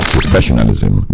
Professionalism